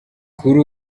kuri